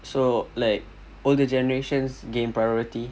so like older generations gain priority